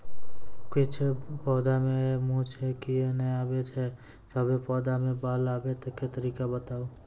किछ पौधा मे मूँछ किये नै आबै छै, सभे पौधा मे बाल आबे तरीका बताऊ?